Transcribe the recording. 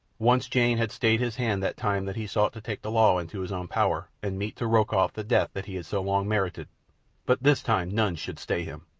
once jane had stayed his hand that time that he sought to take the law into his own power and mete to rokoff the death that he had so long merited but this time none should stay him.